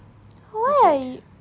why